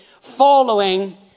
following